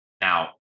Now